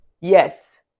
yes